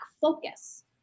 focus